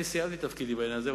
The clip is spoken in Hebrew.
אני סיימתי את תפקידי בעניין הזה.